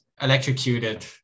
electrocuted